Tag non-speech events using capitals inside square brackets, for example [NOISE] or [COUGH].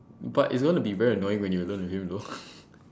but it's going to be very annoying when you're alone with him though [LAUGHS]